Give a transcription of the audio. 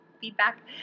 feedback